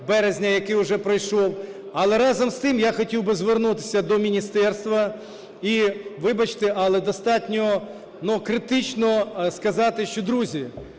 яке уже пройшло. Але разом з тим я хотів би звернутися до міністерства і, вибачте, але достатньо критично сказати, що, друзі,